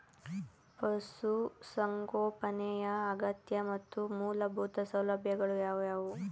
ಪಶುಸಂಗೋಪನೆಯ ಅಗತ್ಯ ಮತ್ತು ಮೂಲಭೂತ ಸೌಲಭ್ಯಗಳು ಯಾವುವು?